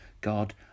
God